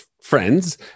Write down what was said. friends